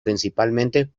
principalmente